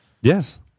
Yes